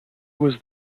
was